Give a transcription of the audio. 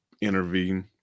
intervene